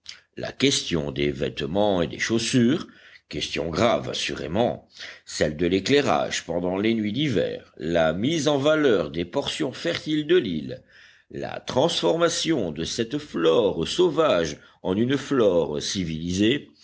la question des vêtements et des chaussures question grave assurément celle de l'éclairage pendant les nuits d'hiver la mise en valeur des portions fertiles de l'île la transformation de cette flore sauvage en une flore civilisée